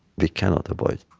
we cannot avoid